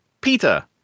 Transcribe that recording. peter